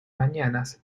mañanas